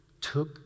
took